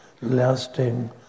lasting